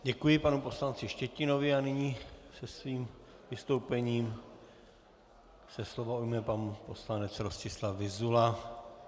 Děkuji panu poslanci Štětinovi a nyní se svým vystoupením se slova ujme pan poslanec Rostislav Vyzula.